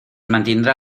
mantindrà